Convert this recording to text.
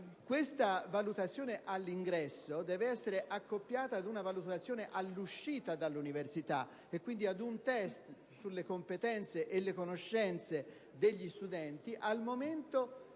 Questa valutazione all'ingresso, inoltre, deve essere accoppiata ad una valutazione all'uscita dall'università e, quindi, a un test sulle competenze e le conoscenze degli studenti al momento